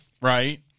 right